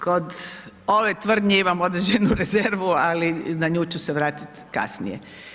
Kod ove tvrdnje imam određenu rezervu ali na nju ću se vratiti kasnije.